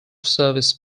service